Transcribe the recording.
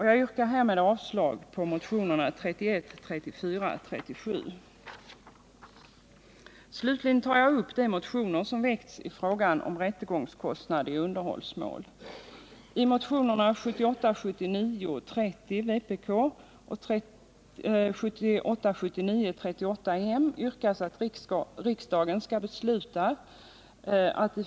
Jag yrkar härmed avslag på motionerna 31, 34 och 37. Slutligen tar jag upp de motioner som väckts i frågan om rättegångskostnad i underhållsmål.